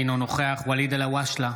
אינו נוכח ואליד אלהואשלה,